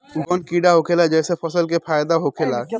उ कौन कीड़ा होखेला जेसे फसल के फ़ायदा होखे ला?